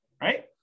right